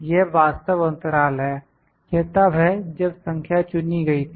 यह वास्तव अंतराल है यह तब है जब संख्या चुनी हुई थी